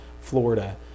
Florida